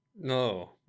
No